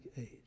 age